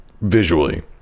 visually